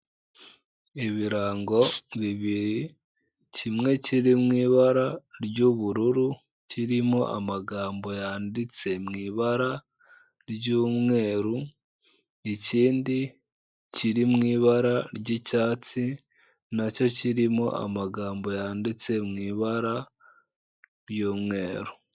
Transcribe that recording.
Ibirango bibiri kimwe kiri mu ibara ry'ubururu, kirimo amagambo yanditse mu ibara ry'umweru, ikindi kiri mu ibara ry'icyatsi nacyo kirimo amagambo yanditse mu ibara ry'umweru.